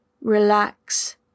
Relax